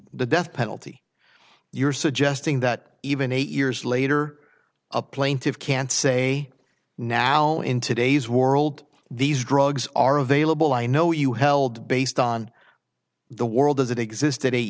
the death penalty you're suggesting that even eight years later a plaintive can say now in today's world these drugs are available i know you held based on the world as it existed eight